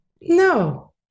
No